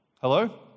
Hello